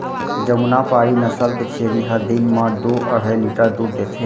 जमुनापारी नसल के छेरी ह दिन म दू अढ़ाई लीटर दूद देथे